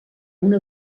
una